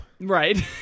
Right